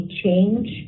change